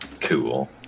cool